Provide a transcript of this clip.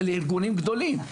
לארגונים גדולים,